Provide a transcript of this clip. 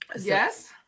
Yes